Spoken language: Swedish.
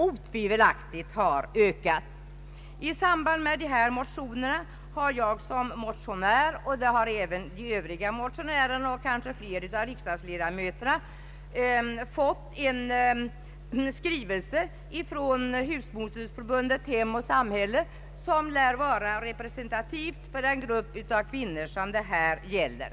otvivelaktigt förbättrats. Jag har liksom de övriga motionärerna — och kanske flera av riksdagens ledamöter — fått en skrivelse från husmodersförbundet Hem och samhälle, som lär vara representativt för den grupp av kvinnor som det här gäller.